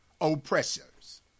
oppressors